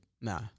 Nah